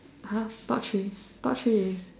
!huh! top chilli top chilli is